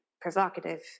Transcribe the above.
provocative